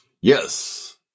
Yes